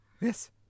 yes